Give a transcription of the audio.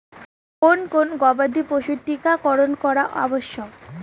কোন কোন গবাদি পশুর টীকা করন করা আবশ্যক?